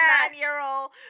nine-year-old